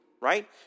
right